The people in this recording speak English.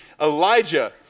Elijah